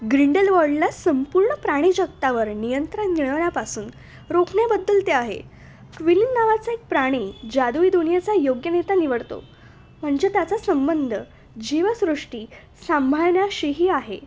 ग्रिंडेलवॉल्डला संपूर्ण प्राणीजगतावर नियंत्रण मिळवण्यापासून रोखण्याबद्दल ते आहे क्विलिन नावाचा एक प्राणी जादुई दुनियेचा योग्य नेता निवडतो म्हणजे त्याचा संबंध जीवसृष्टी सांभाळण्याशीही आहे